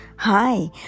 Hi